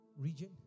region